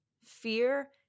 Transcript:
Fear